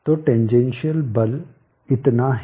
तो टेनजेनशिअल बल इतना है